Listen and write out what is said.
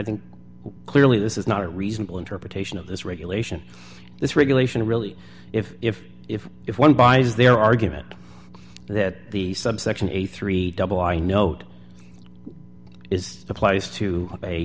think clearly this is not a reasonable interpretation of this regulation this regulation really if if if if one buys their argument that the subsection a three double i note is applies to a